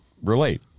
relate